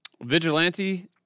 Vigilante